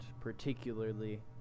particularly